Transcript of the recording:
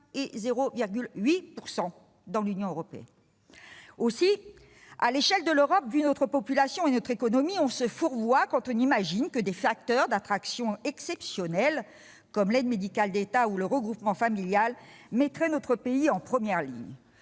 moyenne dans l'Union européenne. Aussi, à l'échelle de l'Europe, vu notre population et notre économie, on se fourvoie quand on imagine que des facteurs d'attraction exceptionnels, comme l'aide médicale de l'État ou le regroupement familial, placeraient notre pays en première ligne.